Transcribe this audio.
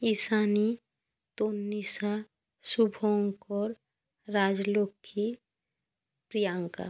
Ishani Tanvisha Shubhankar Rajlakshmi Priyanka